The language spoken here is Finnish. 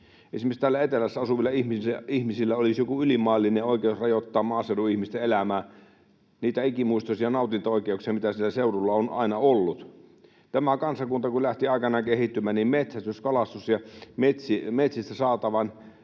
esimerkiksi täällä etelässä asuvilla ihmisillä olisi joku ylimaallinen oikeus rajoittaa maaseudun ihmisten elämää, niitä ikimuistoisia nautintaoikeuksia, mitä sillä seudulla on aina ollut. Tämä kansakunta kun lähti aikanaan kehittymään, niin metsästys, kalastus ja metsistä saatavan